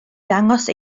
ddangos